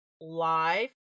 live